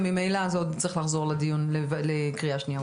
וממילא זה עוד צריך לחזור לדיון לקריאה שנייה ושלישית.